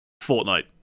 Fortnite